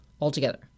altogether